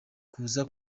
kuza